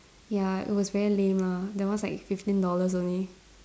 ya it was very lame lah that one's like fifteen dollars only